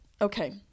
Okay